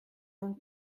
mon